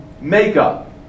makeup